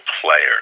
players